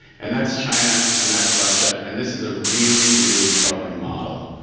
and that's china and that's russia and this is a really, really troubling model.